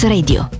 Radio